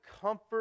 comfort